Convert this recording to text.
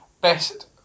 Best